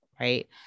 right